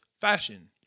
fashion